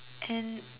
and